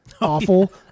awful